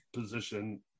position